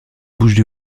bouches